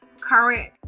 current